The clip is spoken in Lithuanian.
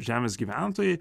žemės gyventojai